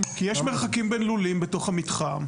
כי יש מרחקים בין לולים בתוך המתחם.